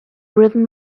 rhythm